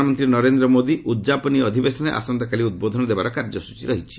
ପ୍ରଧାନମନ୍ତ୍ରୀ ନରେନ୍ଦ୍ର ମୋଦି ଉଦ୍ଯାପନୀ ଅଧିବେଶନରେ ଆସନ୍ତାକାଲି ଉଦ୍ବୋଧନ ଦେବାର କାର୍ଯ୍ୟସ୍ଥଚୀ ରହିଛି